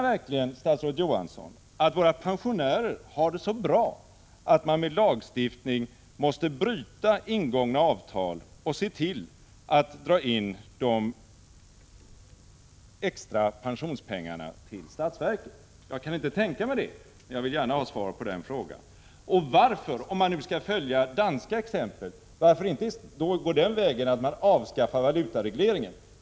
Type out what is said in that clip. Menar statsrådet Johansson verkligen att våra pensionärer har det så bra att man genom lagstiftning måste bryta upp ingångna avtal och se till att de extra pensionspengarna dras in till statsverket? Jag kan inte tänka mig det. Men jag vill gärna ha ett svar på den frågan. Och varför går det inte — om man nu skall följa det danska exemplet — att välja att avskaffa valutaregleringen?